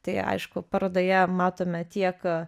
tai aišku parodoje matome tiek